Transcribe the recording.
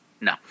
No